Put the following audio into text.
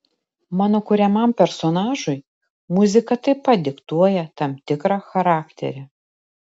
mano kuriamam personažui muzika taip pat diktuoja tam tikrą charakterį